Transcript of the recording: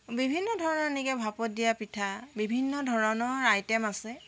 বিভিন্ন ধৰণৰ এনেকৈ ভাপত দিয়া পিঠা বিভিন্ন ধৰণৰ আইটেম আছে